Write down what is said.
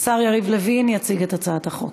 השר יריב לוין יציג את הצעת החוק.